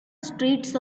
streets